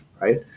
Right